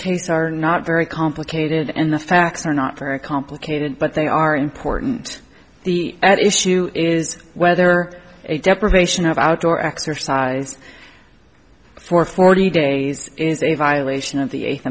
case are not very complicated and the facts are not very complicated but they are important the at issue is whether a deprivation of outdoor exercise for forty days is a violation of the eighth